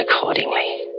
accordingly